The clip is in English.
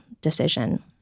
decision